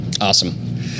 Awesome